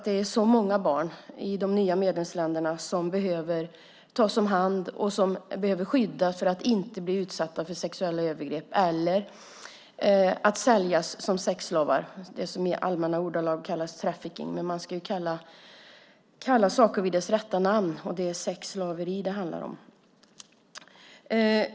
Det är så många barn i de nya medlemsländerna som behöver tas om hand och skyddas för att inte bli utsatta för sexuella övergrepp eller säljas som sexslavar. Det är vad som i allmänna ordalag kallas för trafficking. Men man ska kalla saker för deras rätta namn. Det är sexslaveri det handlar om.